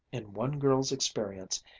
in one girl's experience,